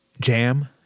Jam